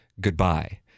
goodbye